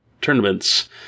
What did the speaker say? tournaments